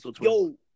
Yo